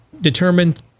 determined